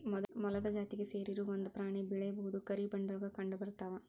ಮೊಲದ ಜಾತಿಗೆ ಸೇರಿರು ಒಂದ ಪ್ರಾಣಿ ಬಿಳೇ ಬೂದು ಕರಿ ಬಣ್ಣದೊಳಗ ಕಂಡಬರತಾವ